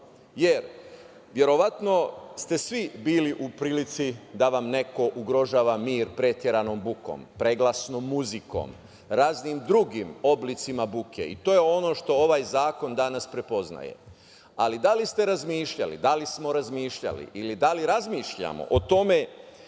jer verovatno ste svi bili u prilici da vam neko ugrožava mir preteranom bukom, preglasnom muzikom, raznim drugim oblicima buke. To je ono što ovaj zakon danas prepoznaje. Ali, da li ste razmišljali, da li smo razmišljali ili da li razmišljamo o tome